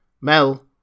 Mel